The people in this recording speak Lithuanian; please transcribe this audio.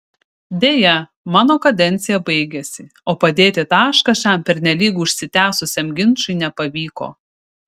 deja mano kadencija baigėsi o padėti tašką šiam pernelyg užsitęsusiam ginčui nepavyko